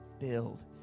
filled